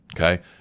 okay